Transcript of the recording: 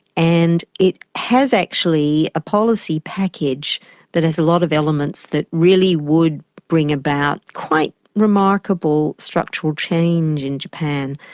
and it has actually a policy package that has a lot of elements that really would bring about quite remarkable structural change in japan.